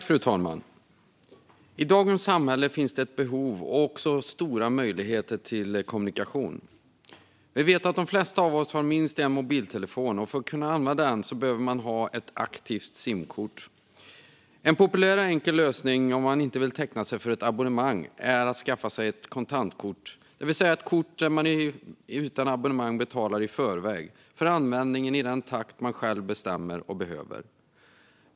Fru talman! I dagens samhälle finns det stort behov av och också stor möjlighet till kommunikation. Vi vet att de flesta av oss har minst en mobiltelefon, och för att kunna använda den behöver man ha ett aktivt simkort. En populär och enkel lösning om man inte vill teckna ett abonnemang är att skaffa ett kontantkort, det vill säga ett kort där man utan abonnemang betalar i förväg för användningen i den takt man själv bestämmer och behöver.